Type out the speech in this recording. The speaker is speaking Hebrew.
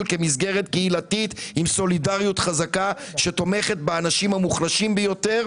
כמסגרת קהילתית עם סולידריות חזקה שתומכת באנשים המוחלשים ביותר,